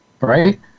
Right